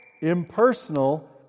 impersonal